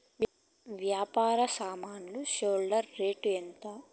వ్యవసాయ సామాన్లు shredder rate ఎంత?